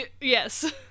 Yes